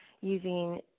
using